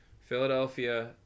Philadelphia